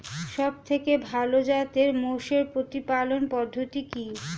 সবথেকে ভালো জাতের মোষের প্রতিপালন পদ্ধতি কি?